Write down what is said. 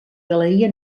galeria